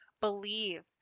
believe